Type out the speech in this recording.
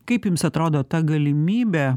kaip jums atrodo ta galimybė